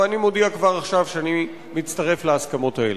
ואני מודיע כבר עכשיו שאני מצטרף להסכמות האלה.